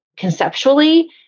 conceptually